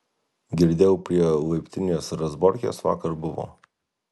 girdėjau prie laiptinės razborkės vakar buvo